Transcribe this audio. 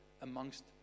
amongst